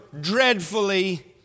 dreadfully